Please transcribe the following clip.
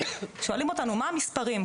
שואלים אותנו מה המספרים,